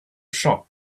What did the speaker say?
shop